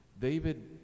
David